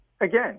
again